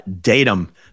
datum